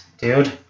dude